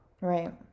Right